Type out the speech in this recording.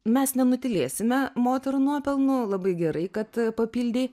mes nenutylėsime moterų nuopelnų labai gerai kad papildei